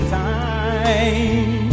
time